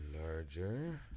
Larger